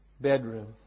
bedroom